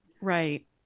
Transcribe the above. Right